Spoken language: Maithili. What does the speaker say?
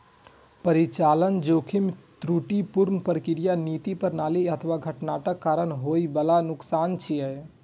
परिचालन जोखिम त्रुटिपूर्ण प्रक्रिया, नीति, प्रणाली अथवा घटनाक कारण होइ बला नुकसान छियै